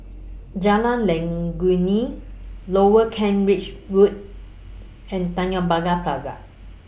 Jalan Legundi Lower Kent Ridge Road and Tanjong Pagar Plaza